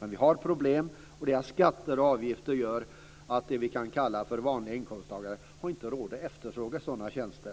Men det finns ett problem, och det är att skatter och avgifter gör att de som vi kan kalla för vanliga inkomsttagare inte har råd att efterfråga sådana tjänster.